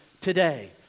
today